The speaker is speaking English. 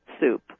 soup